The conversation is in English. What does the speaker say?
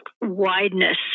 wideness